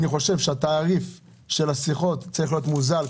אני חושב שהתעריף של השיחות צריך להיות מוזל,